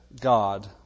God